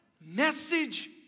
message